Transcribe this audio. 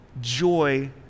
Joy